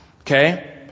Okay